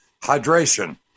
Hydration